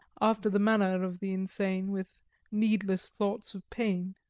after the manner of the insane, with needless thoughts of pain.